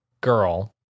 girl